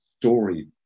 story